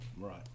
right